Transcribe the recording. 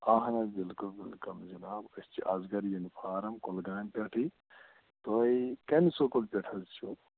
آہَن حظ بِلکُل بِلکُل جِناب أسۍ چھِ اَسگَٕر یوٗنِفارَم کولگامہِ پٮ۪ٹھٕے تُہۍ کَمہِ سکوٗلہٕ پیٚٹھٕ حظ چھِو